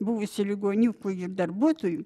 buvusių ligoniukų ir darbuotojų